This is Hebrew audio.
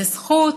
זו זכות,